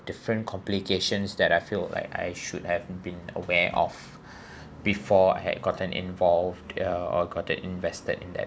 different complications that I feel like I should have been aware of before I had gotten involved uh or gotten invested in that